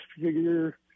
figure